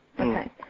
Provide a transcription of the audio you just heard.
Okay